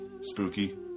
spooky